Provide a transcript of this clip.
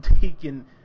taken